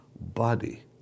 Body